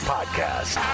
Podcast